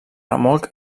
remolc